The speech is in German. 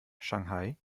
shanghai